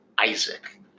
Isaac